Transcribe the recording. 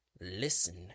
listen